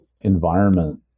environment